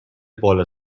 بالا